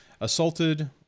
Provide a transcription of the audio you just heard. assaulted